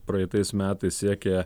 praeitais metais siekė